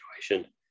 situation